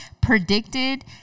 predicted